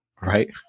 Right